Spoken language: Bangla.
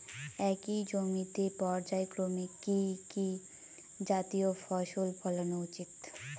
একই জমিতে পর্যায়ক্রমে কি কি জাতীয় ফসল ফলানো উচিৎ?